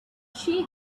she